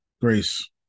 Grace